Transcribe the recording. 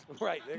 Right